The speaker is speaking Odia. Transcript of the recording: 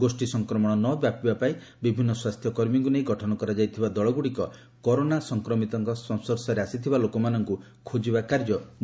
ଗୋଷ୍ଠୀ ସଂକ୍ରମଣ ନ ବ୍ୟାପିବାପାଇଁ ବିଭିନ୍ନ ସ୍ୱାସ୍ଥ୍ୟକର୍ମୀଙ୍କୁ ନେଇ ଗଠନ କରାଯାଇଥିବା ଦଳଗୁଡ଼ିକ କରୋନା ସଂକ୍ରମିତଙ୍କ ସଂସ୍କର୍ଶରେ ଆସିଥିବା ଲୋକମାନଙ୍କୁ ଖୋଜିବା କାର୍ଯ୍ୟ କୋର୍ଦାର୍ କରିଛନ୍ତି